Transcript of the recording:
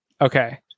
Okay